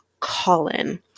Colin